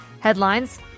headlines